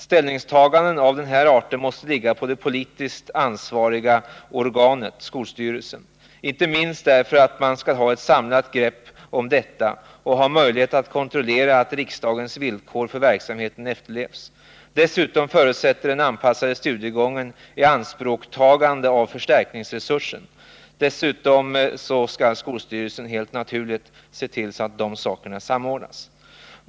Ställningstaganden av den här arten måste ligga på det politiskt ansvariga organet — skolstyrelsen — inte minst därför att man skall ha ett samlat grepp om detta och ha möjlighet att kontrollera att riksdagens villkor för verksamheten efterlevs. Dessutom förutsätter den anpassade studiegången ianspråktagande av medel ur förstärkningsresursen. Skolstyrelsen skall också helt naturligt se till att dessa saker samordnas.